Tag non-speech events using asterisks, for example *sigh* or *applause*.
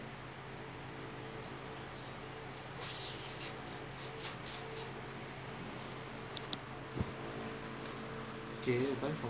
*laughs* ஒன்னுவிட்டாஒன்னுவிட்டாஒன்னுஎங்கஅப்பாஅம்மலாம்எனக்குஒன்னும்வாங்கிகொடுத்ததுஇல்லஒரு:onnu vittaa onnu vittaa onnu enka appa ammaalam enaku onnum vaanki koduthathu illa oru phone கூடவாங்கிகொடுத்ததுஇல்ல:kooda vaanki koduthathu illa